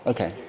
Okay